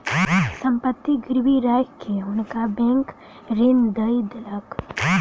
संपत्ति गिरवी राइख के हुनका बैंक ऋण दय देलक